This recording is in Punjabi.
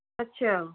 ਅੱਛਾ